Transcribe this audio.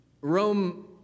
Rome